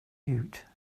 mute